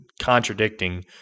contradicting